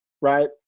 right